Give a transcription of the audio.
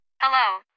Hello